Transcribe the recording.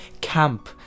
camp